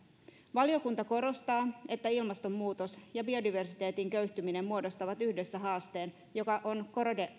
valiokunta korostaa että ilmastonmuutos ja biodiversiteetin köyhtyminen muodostavat yhdessä haasteen joka on